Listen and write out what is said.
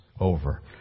over